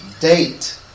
date